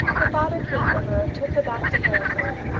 her father came for her and took her back to hereford.